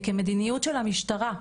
כמדיניות של המשטרה,